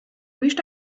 wished